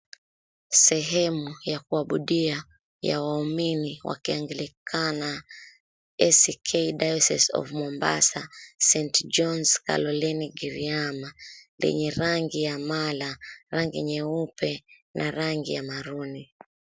Sehemu ya kuabudia ya waumini wa kianglikana ACK Diosces of Mombasa st Jones kaloleni Giriama lenye rangi ya mala, rangi nyeupe na rangi ya maroon .